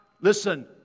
listen